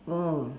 oh